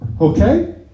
Okay